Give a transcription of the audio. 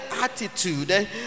attitude